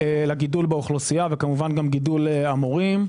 לגידול באוכלוסייה וכמובן גם גידול המורים.